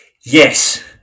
Yes